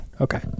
Okay